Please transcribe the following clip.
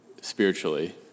spiritually